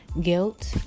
guilt